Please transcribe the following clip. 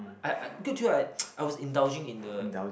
I I good till I I was indulging in the